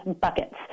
buckets